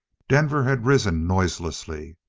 denver had risen noiselessly.